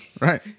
right